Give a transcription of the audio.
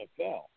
NFL